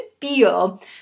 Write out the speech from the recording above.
feel